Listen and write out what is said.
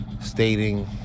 stating